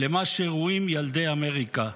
למה שראויים ילדי אמריקה.